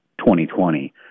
2020